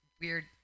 weird